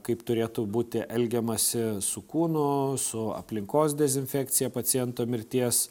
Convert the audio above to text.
kaip turėtų būti elgiamasi su kūnu su aplinkos dezinfekcija paciento mirties